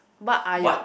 what are your